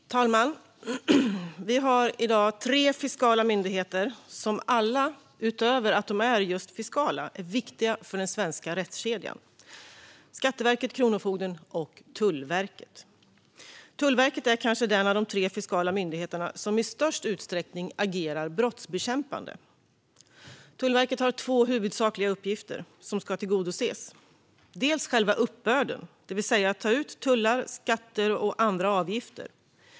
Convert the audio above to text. Fru talman! Vi har i dag tre fiskala myndigheter som alla, utöver att vara just fiskala, är viktiga för den svenska rättskedjan - Skatteverket, Kronofogden och Tullverket. Tullverket är kanske den av de tre fiskala myndigheterna som i störst utsträckning agerar brottsbekämpande. Tullverket har två huvudsakliga uppgifter: Dels är det själva uppbörden, det vill säga att ta ut tullar, skatter och andra avgifter.